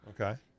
okay